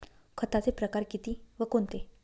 खताचे प्रकार किती व कोणते?